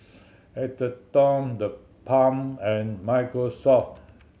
Atherton TheBalm and Microsoft